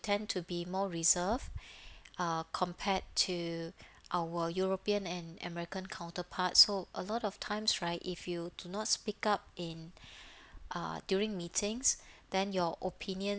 tend to be more reserved uh compared to our european and american counterparts so a lot of times right if you do not speak up in uh during meetings then your opinions